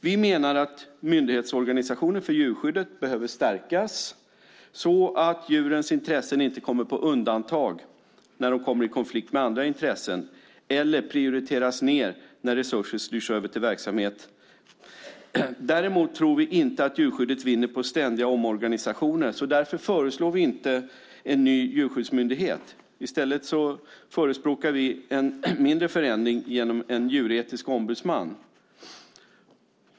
Vi menar att myndighetsorganisationen för djurskyddet behöver stärkas så att djurens intressen inte kommer på undantag när de kommer i konflikt med andra intressen eller prioriteras ned när resurser styrs över till annan verksamhet. Däremot tror vi inte att djurskyddet vinner på ständiga omorganisationer. Därför föreslår vi inte en ny djurskyddsmyndighet. I stället förespråkar vi en mindre förändring genom en djuretisk ombudsman.